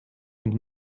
und